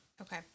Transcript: Okay